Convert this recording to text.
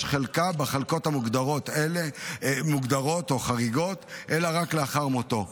חלקה בחלקות מוגדרות או חריגות אלא לאחר מותו.